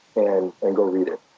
and and go read it